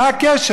מה הקשר?